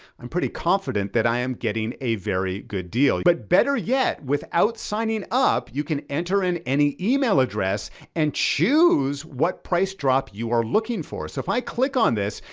i'm pretty confident that i am getting a very good deal, but better yet, without signing up, you can enter in any email address and choose what price drop you are looking for. so if i click on this,